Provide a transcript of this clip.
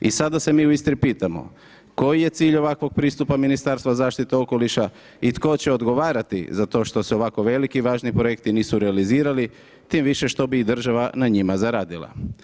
I sada se mi u Istri pitamo koji je cilj ovakvog pristupa Ministarstva zaštite okoliša i tko će odgovarati za to što se ovako veliki i važni projekti nisu realizirali tim više što bi i država na njima zaradila.